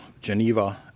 Geneva